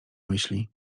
myśli